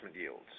yields